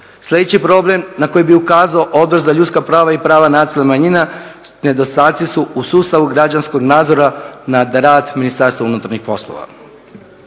Sljedeći problem na koji bih ukazao Odbor za ljudska prava i prava nacionalnih manjina nedostatci su u sustavu građanskog nadzora nad rad Ministarstva unutarnjih poslova.